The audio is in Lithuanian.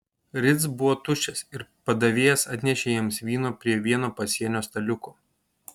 ritz buvo tuščias ir padavėjas atnešė jiems vyno prie vieno pasienio staliuko